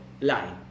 line